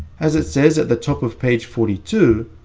as it says at the top of page forty two,